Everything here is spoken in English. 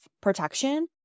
protection